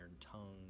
Tongue